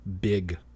big